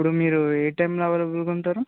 ఇప్పుడు మీరు ఏ టైమ్లో అవేలబుల్గా ఉంటారు